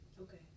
Okay